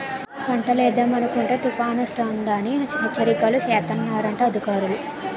పంటేద్దామనుకుంటే తుపానొస్తదని హెచ్చరికలు సేస్తన్నారు అధికారులు